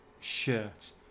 shirt